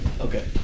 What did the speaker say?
Okay